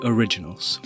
Originals